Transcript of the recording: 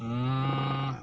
ah